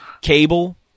cable